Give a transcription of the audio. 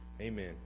Amen